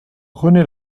rené